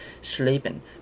sleeping